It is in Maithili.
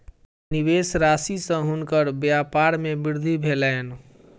निवेश राशि सॅ हुनकर व्यपार मे वृद्धि भेलैन